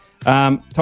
Tom